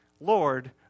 Lord